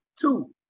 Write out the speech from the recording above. Two